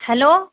hello